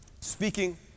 speaking